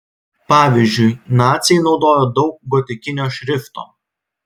pavyzdžiui naciai naudojo daug gotikinio šrifto